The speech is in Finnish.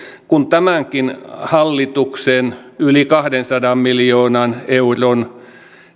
kuin tämänkin hallituksen yli kahdensadan miljoonan euron